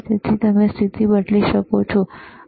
તેથી તમે સ્થિતિ બદલી શકો છો તમે જુઓ